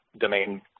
domain